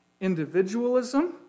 individualism